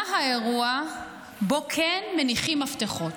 מה האירוע שבו כן מניחים מפתחות?